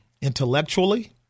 intellectually